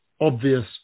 obvious